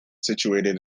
situated